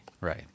right